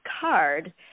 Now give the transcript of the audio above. card